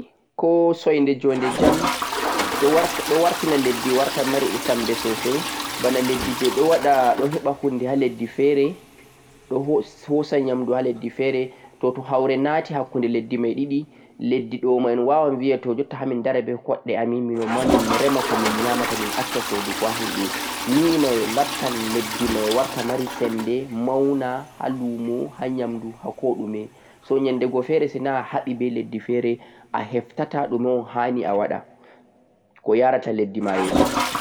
Kaɓe nii ko sonɗe junɗe jam ɗon semɓena lesde ngam nonon wawan leddi mai ndi hefta bote mari ndi dara be kuɗɗe mari ndi hefta enshi hore mari